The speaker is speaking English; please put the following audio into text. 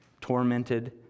tormented